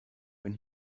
when